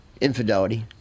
infidelity